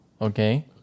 Okay